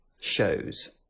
shows